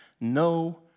No